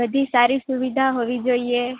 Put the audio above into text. બધી સારી સુવિધા હોવી જોઈએ